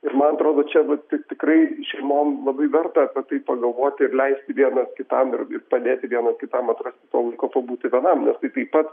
ir man atrodo čia vat tikrai šeimom labai verta apie tai pagalvoti ir leisti vienas kitam ir ir padėti vienas kitam atrasti sau laiko pabūti vienam nes tai taip pat